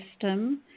system